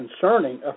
concerning